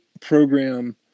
program